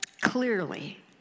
Clearly